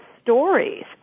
stories